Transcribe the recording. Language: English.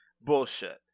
Bullshit